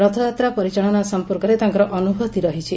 ରଥଯାତ୍ରା ପରିଚାଳନା ସମ୍ମର୍କରେ ତାଙ୍କର ଅନୁଭୂତ ରହିଛି